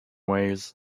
ways